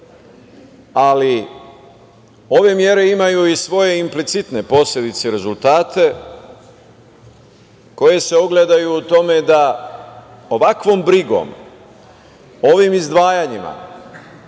Ali, ove mere imaju i svoje implicitne posledice i rezultate koje se ogledaju u tome da ovakvom brigom, ovim izdvajanjima